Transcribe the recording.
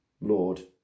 Lord